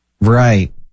right